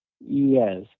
Yes